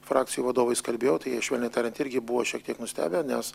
frakcijų vadovais kalbėjau tai jie švelniai tariant irgi buvo šiek tiek nustebę nes